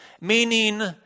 Meaning